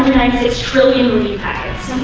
six trillion loonie packets